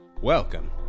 welcome